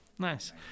Nice